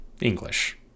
English